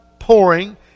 Pouring